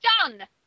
done